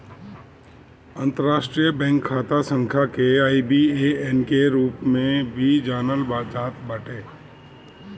अंतरराष्ट्रीय बैंक खाता संख्या के आई.बी.ए.एन के रूप में भी जानल जात बाटे